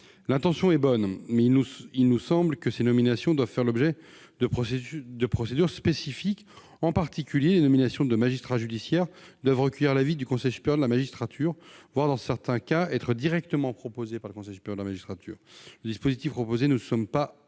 L'intention est bonne, mais il nous semble que ces nominations doivent faire l'objet de procédures spécifiques, en particulier les nominations des magistrats judiciaires qui doivent recueillir l'avis du Conseil supérieur de la magistrature, le CSM, voire dans certains cas être directement proposées par le CSM. Le dispositif proposé ne nous semblant pas opérant